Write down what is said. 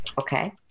Okay